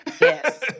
Yes